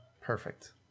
perfect